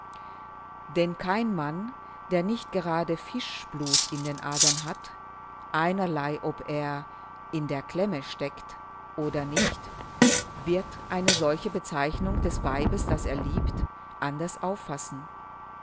denn kein mann der nicht gerade fischblut in den adern hat einerlei ob er in der klemme steckt oder nicht wird eine solche bezeichnung des weibes das er liebt anders auffassen